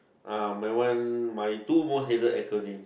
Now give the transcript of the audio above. uh my one my two most hated acronyms